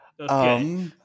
Okay